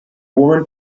woman